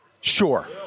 Sure